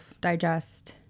digest